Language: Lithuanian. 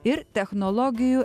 ir technologijų